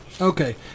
Okay